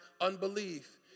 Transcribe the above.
unbelief